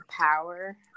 power